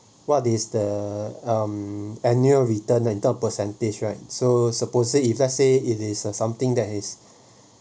what is the um annual return and percentage right so supposedly if let's say it is something that is